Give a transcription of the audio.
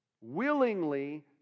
Willingly